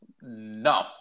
No